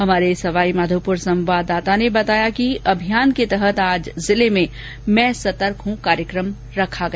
हमारे सवाईमाघोपुर संवाददाता ने बताया कि अभयान के तहत आज जिले में मै सतर्क हूं कार्यक्रम भी रखा गया